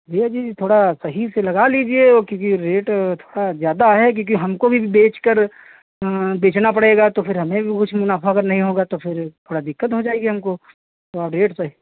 भैया जी थोड़ा सही से लगा लीजिए क्योंकि रेट थोड़ा ज़्यादा है क्योंकि हमको भी बेच कर बेचना पड़ेगा तो फिर हमें भी कुछ मुनाफा अगर नहीं होगा फिर थोड़ी दिक़्क़त हो जाएगी हमको थोड़ा रेट पर